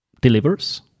delivers